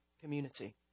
community